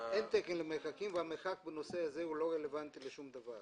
אין תקן למרחקים והמרחק בנושא הזה לא רלוונטי לשום דבר.